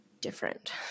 different